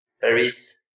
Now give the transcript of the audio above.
Paris